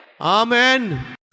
Amen